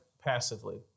passively